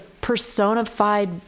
personified